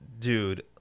dude